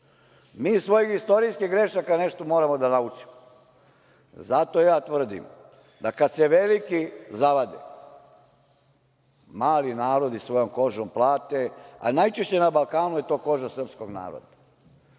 iz svojih istorijskih grešaka nešto moramo da naučimo, zato ja tvrdim da kad se veliki zavade, mali narodi svojom kožom plate, a najčešće na Balkanu je to koža srpskog naroda.